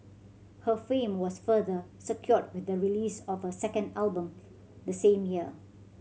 her fame was further secured with the release of her second album the same year